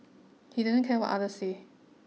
he didn't care what other said